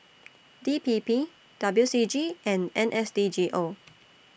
D P P W C G and N S D G O